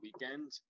weekend